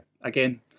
again